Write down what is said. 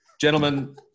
Gentlemen